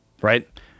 right